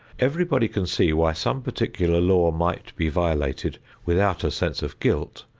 everybody can see why some particular law might be violated without a sense of guilt,